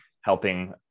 helping